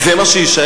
זה מה שיישאר.